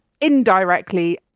indirectly